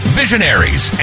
visionaries